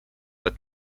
but